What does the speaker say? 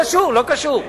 לא קשור.